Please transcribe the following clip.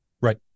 Right